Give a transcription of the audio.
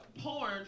Porn